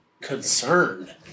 Concerned